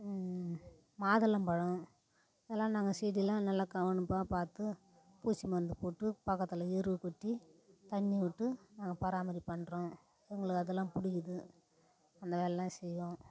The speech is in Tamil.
மாதுளம் பழம் இதெல்லாம் நாங்கள் செடிலாம் நல்ல கவனமாக பார்த்து பூச்சி மருந்து போட்டு பக்கத்தில் எரு கொட்டி தண்ணி விட்டு நாங்கள் பராமரிப்பு பண்ணுறோம் எங்களுக்கு அதலாம் பிடிக்கிது அந்த வேலைலாம் செய்கிறோம்